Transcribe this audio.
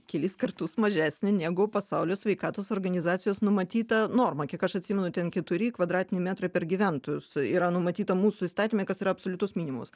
kelis kartus mažesnė negu pasaulio sveikatos organizacijos numatyta norma kiek aš atsimenu ten keturi kvadratiniai metrai per gyventojus yra numatyta mūsų įstatyme kas yra absoliutus minimumas